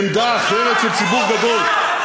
עמדה אחרת, של ציבור גדול.